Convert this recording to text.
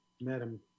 Madam